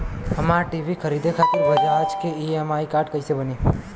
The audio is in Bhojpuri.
हमरा टी.वी खरीदे खातिर बज़ाज़ के ई.एम.आई कार्ड कईसे बनी?